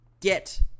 get